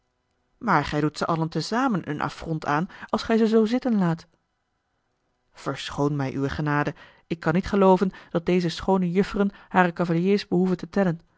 maar gij doet ze allen te zamen een affront aan als gij ze zoo zitten laat verschoon mij uwe genade ik kan niet gelooven dat deze schoone jufferen hare cavaliers behoeven te tellen